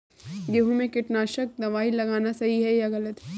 गेहूँ में कीटनाशक दबाई लगाना सही है या गलत?